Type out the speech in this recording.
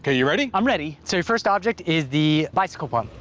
ah you ready? i'm ready. so first object is the bicycle pump,